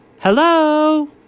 Hello